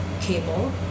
cable